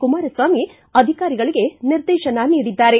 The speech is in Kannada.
ಕುಮಾರಸ್ವಾಮಿ ಅಧಿಕಾರಿಗಳಿಗೆ ನಿರ್ದೇಶನ ನೀಡಿದ್ದಾರೆ